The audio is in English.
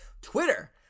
twitter